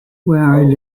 where